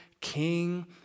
king